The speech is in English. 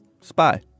Spy